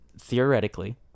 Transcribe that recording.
theoretically